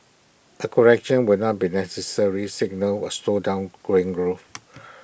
A correction would not be necessary signal A slowdown going growth